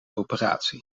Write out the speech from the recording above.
operatie